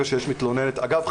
אגב,